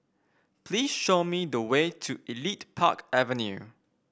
please show me the way to Elite Park Avenue